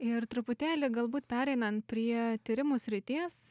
ir truputėlį galbūt pereinant prie tyrimų srities